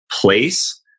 place